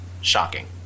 shocking